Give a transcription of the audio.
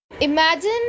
Imagine